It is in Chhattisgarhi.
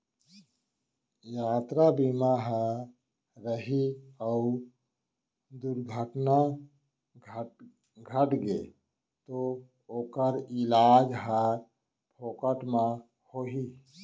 यातरा बीमा ह रही अउ दुरघटना घटगे तौ ओकर इलाज ह फोकट म होही